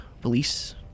police